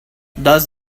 does